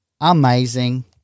Amazing